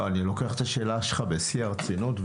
אני לוקח את השאלה שלך בשיא הרצינות,